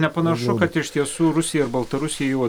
nepanašu kad iš tiesų rusija ir baltarusija jau